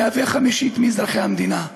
המהווה חמישית מאזרחי המדינה,